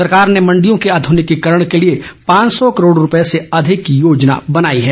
सरकार ने मंडियों के आधुनिकीकरण के लिए पांच सौ करोड रुपये से अधिक की योजना बनाई है